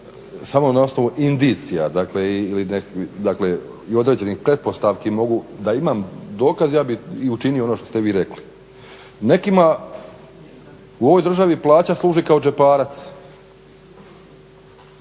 samo na osnovu indicija i određenih pretpostavki mogu, da imam dokaz ja bih i učinio ono što ste vi rekli. Nekima u ovoj državi plaća služi kao džeparac,